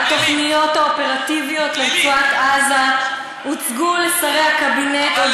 התוכניות האופרטיביות לרצועת-עזה הוצגו לשרי הקבינט עוד